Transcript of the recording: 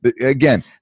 again